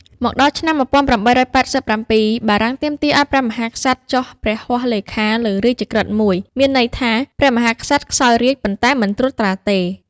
មកដល់ឆ្នាំ ១៨៨៧ បារាំងទាមទារឱ្យព្រះមហាក្សត្រចុះព្រះហស្ថលេខាលើរាជក្រឹត្យមួយ មានន័យថា ព្រះមហាក្សត្រសោយរាជ្យ ប៉ុន្តែមិនត្រួតត្រាទេ។